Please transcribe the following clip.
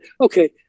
okay